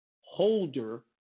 holder